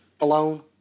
alone